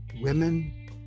women